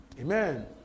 Amen